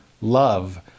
love